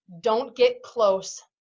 don't-get-close